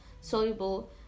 soluble